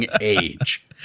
age